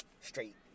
straight